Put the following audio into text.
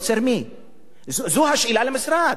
זו השאלה למשרד.